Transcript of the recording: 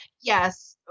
yes